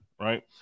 right